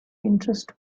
interest